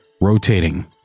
rotating